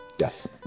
Yes